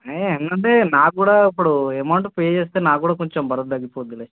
అయ్యే ఏంటంటే నాక్కూడా ఇప్పుడూ అమౌంట్ పే చేస్తే నాక్కూడా కొంచెం బరువు తగ్గిపోద్దిలే